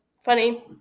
funny